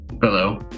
Hello